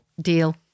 Deal